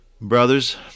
brothers